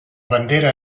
bandera